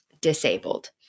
disabled